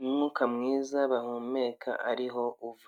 umwuka mwiza bahumeka ariho uva.